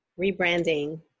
Rebranding